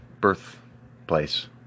birthplace